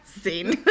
scene